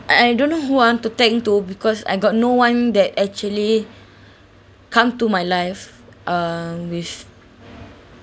I I don't know who I want to thank to because I got no one that actually come to my life err with